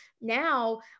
Now